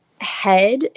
head